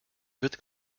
wird